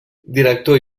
director